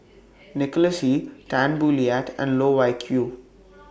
Nicholas Ee Tan Boo Liat and Loh Wai Kiew